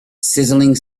sizzling